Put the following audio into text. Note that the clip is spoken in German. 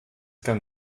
kann